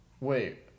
wait